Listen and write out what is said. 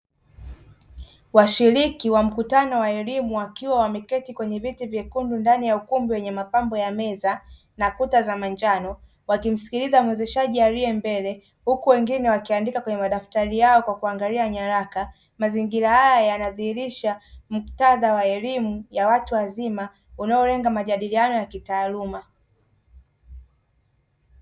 Washiriki wa mkutano wa elimu wakiwa wameketi kwenye viti vyekundu ndani ya ukumbi wenye mapambo ya meza na kuta za manjano, wakimsikiliza mwendeshaji aliye mbele, huku wengine wakiandika kwenye madaftari yao kwa kuangalia nyaraka. Mazingira haya yanadhihirisha muktadha wa elimu ya watu wazima inayowalenga majadiliano ya kitaaluma.